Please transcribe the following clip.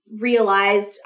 realized